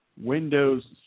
Windows